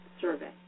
survey